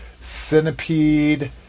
Centipede